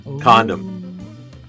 Condom